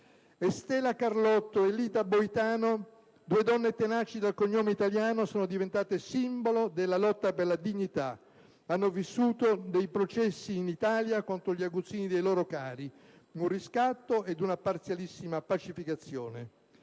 Estela Carlotto e Lita Boitano, due donne tenaci dal cognome italiano, sono diventate simbolo della lotta per la dignità; hanno vissuto nei processi in Italia contro gli aguzzini dei loro cari un riscatto ed una, parzialissima, pacificazione.